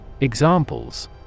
Examples